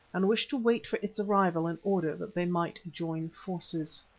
and wished to wait for its arrival in order that they might join forces.